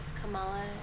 Kamala